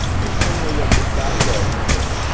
miss cornelia ripped out a row in her knitting.